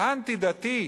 האנטי-דתי,